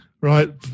Right